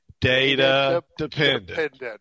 data-dependent